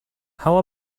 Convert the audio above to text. how